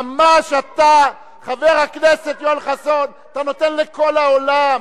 ממש, חבר הכנסת יואל חסון, אתה נותן לכל העולם,